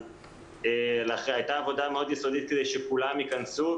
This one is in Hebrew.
הייתה עבודה יסודית כדי שכולם ייכנסו.